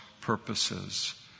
purposes